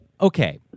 okay